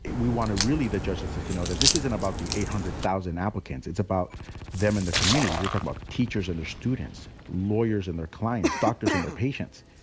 we wanted really the justices to know that this isn't about the eight hundred thousand applicants. it's about them and their communities. we're talking about teachers and their students, lawyers and their clients, doctors and their patients.